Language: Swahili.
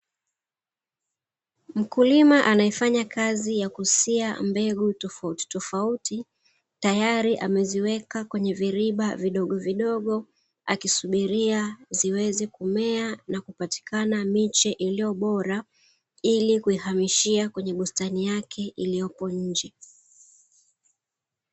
Mkulima anayefanya kazi ya kusia mbegu tofautitofauti, tayari ameziweka kwenye viriba vidogovidogo; akisubiria ziweze kumea na kupatikana miche iliyo bora, ili kuihamishia kwenye bustani yake iliyopo nje.